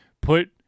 put